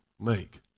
make